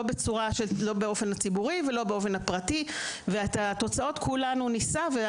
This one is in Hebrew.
לא באופן הציבורי ולא באופן הפרטי וכולנו נישא בתוצאות של זה.